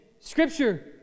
Scripture